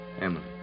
Emily